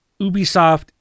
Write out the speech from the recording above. Ubisoft